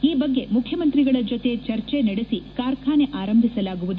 ಈ ಬಗ್ಗೆ ಮುಖ್ಯಮಂತ್ರಿಗಳ ಜೊತೆ ಚರ್ಚೆ ನಡೆಸಿ ಕಾರ್ಖಾನೆ ಆರಂಭಿಸಲಾಗುವುದು